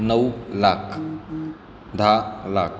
नऊ लाख दहा लाख